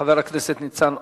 לחבר הכנסת ניצן הורוביץ.